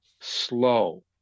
slow